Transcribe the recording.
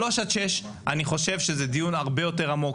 שלוש עד שש אני חושב שזה דיון הרבה יותר עמוק.